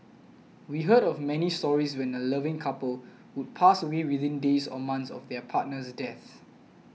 we heard of many stories when a loving couple would pass away within days or months of their partner's death